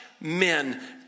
men